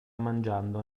mangiando